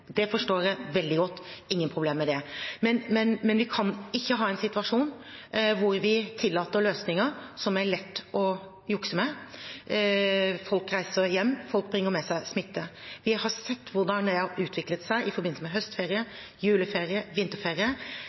Det forstår jeg veldig godt – jeg har ingen problemer med det. Men vi kan ikke ha en situasjon hvor vi tillater løsninger som er lette å jukse med. Folk reiser hjem, folk bringer med seg smitte. Vi har sett hvordan det har utviklet seg i forbindelse med høstferie, juleferie og vinterferie.